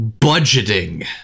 Budgeting